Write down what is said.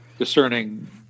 discerning